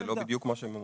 זה לא בדיוק מה שהם אמרו.